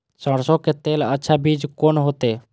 सरसों के लेल अच्छा बीज कोन होते?